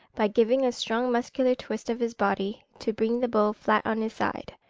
by giving a strong muscular twist of his body, to bring the bull flat on his side.